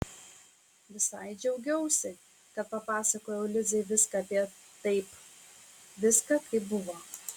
visai džiaugiausi kad papasakojau lizai viską apie taip viską kaip buvo